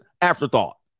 afterthought